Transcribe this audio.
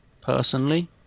personally